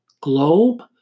globe